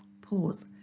Pause